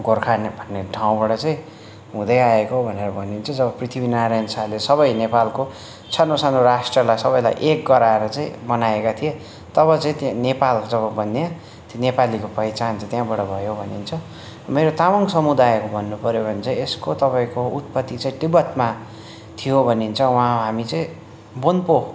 गोर्खा नेप भन्ने ठाउँबाट चाहिँ हुँदै आएको भनेर भनिन्छ जब पृथ्वीनारायण शाहले सबै नेपालको सानो सानो राष्ट्रलाई सबैलाई एक गराएर चाहिँ बनाएका थिए तब चाहिँ त्यहाँ नेपाल जब बनियो त्यो नेपालीको पहिचान चाहिँ त्यहाँबाट भयो भनिन्छ मेरो तामाङ समुदायको भन्नु पऱ्यो भने चाहिँ यसको तपाईँ उत्पत्ति चाहिँ तिब्बतमा थियो भनिन्छ वहाँ हामी चाहिँ बोन्पो